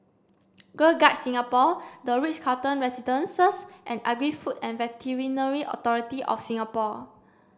Girl Guides Singapore The Ritz Carlton Residences and Agri Food and Veterinary Authority of Singapore